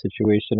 situation